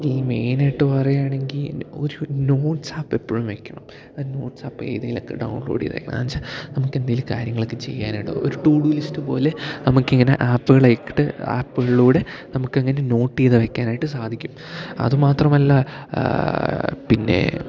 E മെയിനായിട്ട് പറയാണെങ്കിൽ ഒരു നോട്ട്സ് ആപ്പ് എപ്പോഴും വെക്കണം നോട്ട്സ് ആപ്പ് ഏതേലൊക്കെ ഡൗൺലോഡ് ചെയ്ത് വെക്കണം എന്നച്ചാൽ നമുക്ക് എന്തേലും കാര്യങ്ങൾ ഒക്കെ ചെയ്യാനായിട്ട് ഒരു ടു ഡൂ ലിസ്റ്റ് പോലെ നമുക്ക് ഇങ്ങനെ ആപ്പുകളെട്ട് ആപ്പുകളിലൂടെ നമുക്ക് അങ്ങനെ നോട്ട് ചെയ്ത് വെക്കാനായിട്ട് സാധിക്കും അതു മാത്രമല്ല പിന്നെ